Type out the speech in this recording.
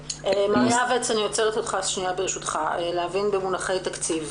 ברשותך, אני עוצרת אותך, להבין במונחי תקציב.